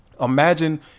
Imagine